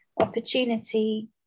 opportunity